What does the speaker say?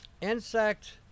Insect